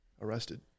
arrested